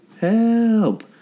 help